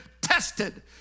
tested